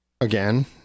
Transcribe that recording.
again